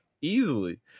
Easily